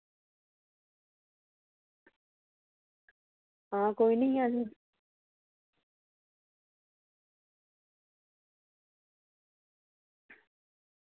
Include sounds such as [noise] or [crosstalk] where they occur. हां कोई निं [unintelligible]